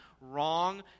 wrong